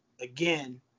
again